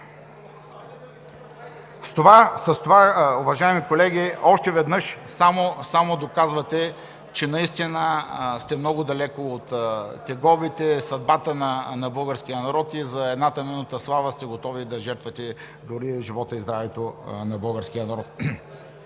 С това, уважаеми колеги, още веднъж само доказвате, че наистина сте много далеко от тегобите, съдбата на българския народ и за едната минута слава сте готови да жертвате дори живота и здравето на българския народ,